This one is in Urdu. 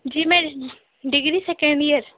جی میں ڈگری سیکنڈ ایئر